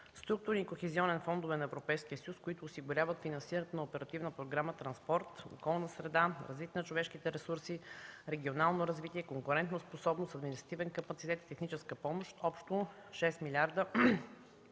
Структурните и Кохезионен фондове на Европейския съюз, които осигуряват финансирането на Оперативна програма „Транспорт”, „Околна среда”, „Развитие на човешките ресурси”, „Регионално развитие”, „Конкурентоспособност”, „Административен капацитет”, „Техническа помощ” – общо 6 млрд.